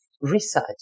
research